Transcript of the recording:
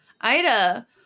Ida